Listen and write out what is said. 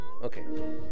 Okay